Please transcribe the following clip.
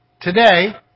today